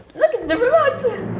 looks it's the remote.